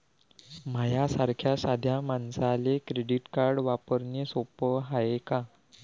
माह्या सारख्या साध्या मानसाले क्रेडिट कार्ड वापरने सोपं हाय का?